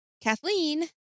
Kathleen